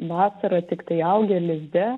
vasarą tiktai augę lizde